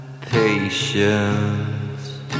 patience